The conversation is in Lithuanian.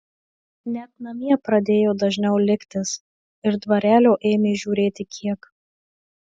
net namie pradėjo dažniau liktis ir dvarelio ėmė žiūrėti kiek